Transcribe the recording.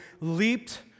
leaped